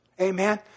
amen